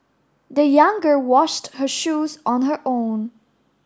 the young girl washed her shoes on her own